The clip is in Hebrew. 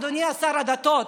אדוני שר הדתות,